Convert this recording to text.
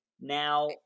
Now